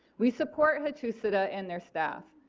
we support hachoosedah and their staff.